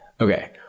Okay